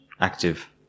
active